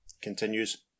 continues